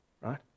right